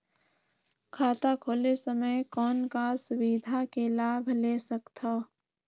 खाता खोले समय कौन का सुविधा के लाभ ले सकथव?